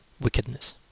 Wickedness